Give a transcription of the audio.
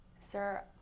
Sir